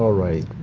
ah right.